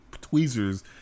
tweezers